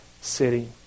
city